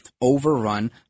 overrun